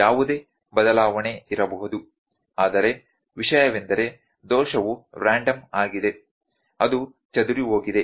ಯಾವುದೇ ಬದಲಾವಣೆ ಇರಬಹುದು ಆದರೆ ವಿಷಯವೆಂದರೆ ದೋಷವು ರ್ಯಾಂಡಮ್ ಆಗಿದೆ ಅದು ಚದುರಿಹೋಗಿದೆ